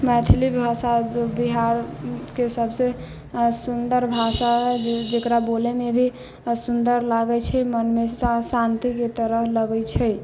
मैथिली भाषा बिहारके सबसँ सुन्दर भाषा जकरा बोलैमे भी सुन्दर लागे छै मनमे शान्तिके तरह लगै छै